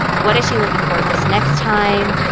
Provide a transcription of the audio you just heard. what is she looking for this next time?